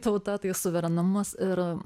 tauta tai suverenumas ir